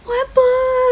what happened